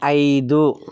ఐదు